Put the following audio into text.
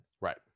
right